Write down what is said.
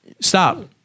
Stop